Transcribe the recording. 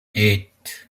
eight